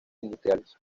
industriales